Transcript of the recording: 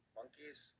monkeys